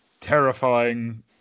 terrifying